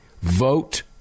Vote